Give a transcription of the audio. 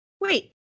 Wait